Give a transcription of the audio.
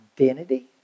identity